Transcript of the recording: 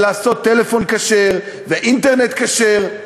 ולעשות טלפון כשר ואינטרנט כשר,